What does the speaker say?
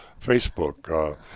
Facebook